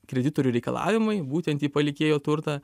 kreditorių reikalavimai būtent į palikėjo turtą